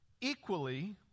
equally